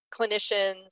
clinicians